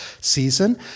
season